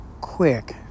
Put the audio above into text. quick